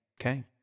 okay